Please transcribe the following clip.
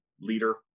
leader